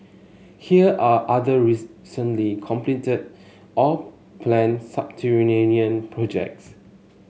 here are other recently completed or planned subterranean projects